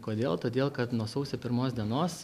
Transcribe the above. kodėl todėl kad nuo sausio pirmos dienos